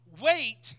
Wait